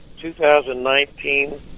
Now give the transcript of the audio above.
2019